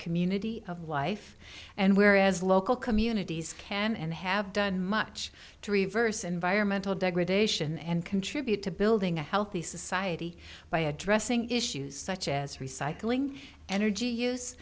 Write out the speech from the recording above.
community of life and where as local communities can and have done much to reverse environmental degradation and contribute to building a healthy society by addressing issues such as recycling energy use